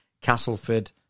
Castleford